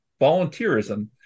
volunteerism